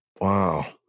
Wow